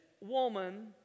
woman